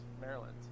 maryland